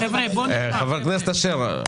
חבר הכנסת אשר,